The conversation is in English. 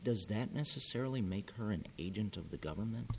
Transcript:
does that necessarily make her an agent of the government